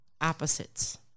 Opposites